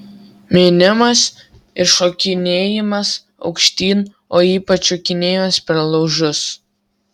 minimas ir šokinėjimas aukštyn o ypač šokinėjimas per laužus